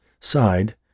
sighed